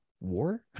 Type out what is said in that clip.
war